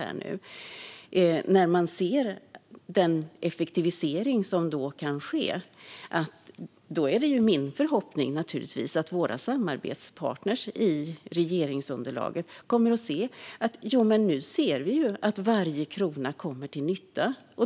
Med tanke på den effektivisering som kan ske är min förhoppning att våra samarbetspartner i regeringsunderlaget kommer att se att varje krona kommer till nytta.